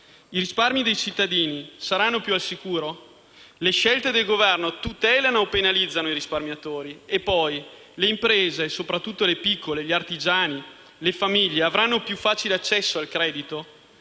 i risparmi dei cittadini saranno più al sicuro? Le scelte del Governo tutelano o penalizzano i risparmiatori? Le imprese - soprattutto le piccole e gli artigiani - e le famiglie avranno più facile accesso al credito?